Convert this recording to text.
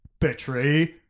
betray